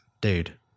dude